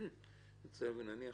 נניח